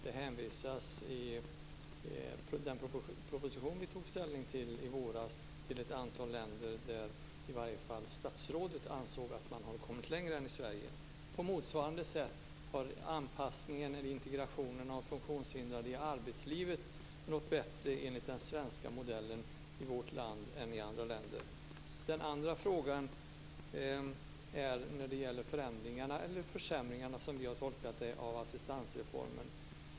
I den proposition vi tog ställning till i våras hänvisas till ett antal länder där i varje fall statsrådet ansåg att man har kommit längre än i Sverige. På motsvarande sätt har integrationen av funktionshindrade i arbetslivet enligt den svenska modellen gått bättre i vårt land än i andra länder. Den andra frågan gäller förändringarna - eller som vi har tolkat det försämringarna - av assistansreformen.